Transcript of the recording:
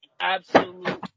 absolute